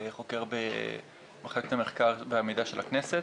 חוקר במחלקת המחקר והמידע של הכנסת.